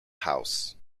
house